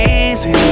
easy